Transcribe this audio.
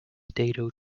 dado